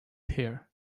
here